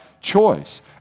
choice